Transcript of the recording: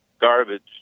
garbage